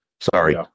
sorry